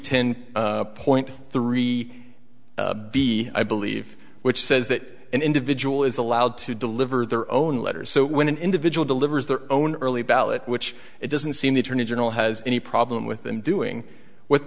ten point three b i believe which says that an individual is allowed to deliver their own letter so when an individual delivers their own early ballot which it doesn't seem the attorney general has any problem with them doing what